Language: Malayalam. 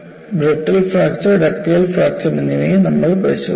ബ്രിട്ടിൽ ഫ്രാക്ചർ ഡക്റ്റൈൽ ഫ്രാക്ചർ എന്നിവ നമ്മൾ പരിശോധിച്ചു